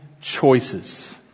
choices